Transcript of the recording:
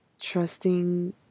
trusting